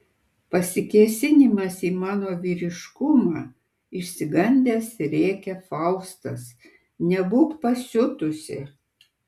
pasikėsinimas į mano vyriškumą išsigandęs rėkia faustas nebūk pasiutusi